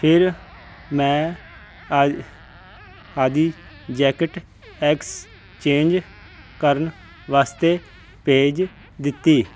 ਫਿਰ ਮੈਂ ਆ ਆਪਦੀ ਜੈਕਟ ਐਕਸਚੇਂਜ ਕਰਨ ਵਾਸਤੇ ਭੇਜ ਦਿੱਤੀ